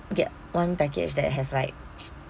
get one package that has like